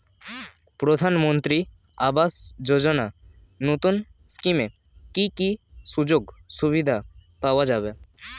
প্রধানমন্ত্রী আবাস যোজনা নতুন স্কিমে কি কি সুযোগ সুবিধা পাওয়া যাবে?